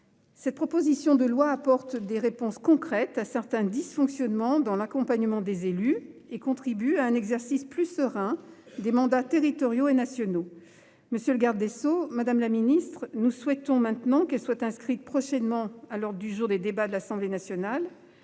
Cette proposition de loi apporte des réponses concrètes à certains dysfonctionnements dans l'accompagnement des élus et contribue à un exercice plus serein des mandats territoriaux et nationaux. Monsieur le garde des sceaux, madame la ministre, nous souhaitons qu'elle soit inscrite prochainement à l'ordre du jour des débats de l'Assemblée nationale